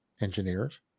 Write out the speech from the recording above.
engineers